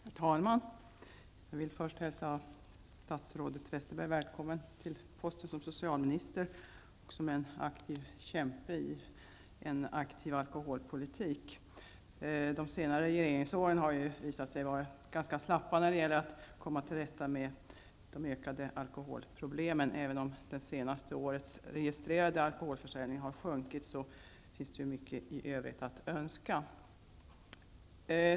Herr talman! Jag vill först hälsa statsrådet Westerberg välkommen till posten som socialminister och som en aktiv kämpe i en aktiv alkoholpolitik. Regeringen har ju under de senaste åren visat sig ganska slapp när det gäller att komma till rätta med de ökade alkoholproblemen. Även om den registrerade alkoholförsäljningen under det senaste året har sjunkit, finns det mycket i övrigt att önska.